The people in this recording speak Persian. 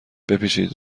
بپیچید